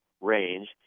range